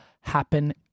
Happen